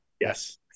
Yes